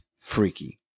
freaky